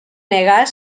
negar